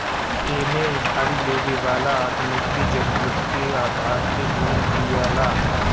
एमे उधारी लेवे वाला आदमी के जरुरत के आधार पे लोन दियाला